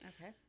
okay